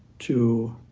to